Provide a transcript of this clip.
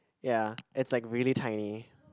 ya it's like really tiny